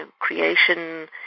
creation